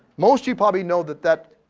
most of you probably know that that,